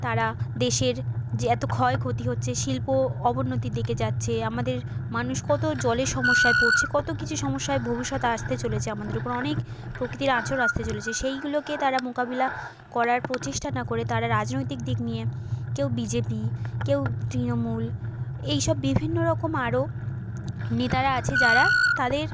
তারা দেশের যে এত ক্ষয় ক্ষতি হচ্ছে শিল্প অবনতির দিকে যাচ্ছে আমাদের মানুষ কত জলের সমস্যায় পড়ছে কত কিছু সমস্যায় ভবিষ্যতে আসতে চলেছে আমাদের ওপর অনেক প্রকৃতির আঁচড় আসতে চলেছে সেইগুলোকে তারা মোকাবিলা করার প্রচেষ্টা না করে তারা রাজনৈতিক দিক নিয়ে কেউ বি জে পি কেউ তৃণমূল এই সব বিভিন্ন রকম আরও নেতারা আছে যারা তাদের